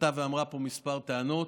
שעלתה ואמרה פה כמה טענות,